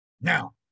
Now